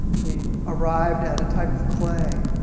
we arrive at a type of clay.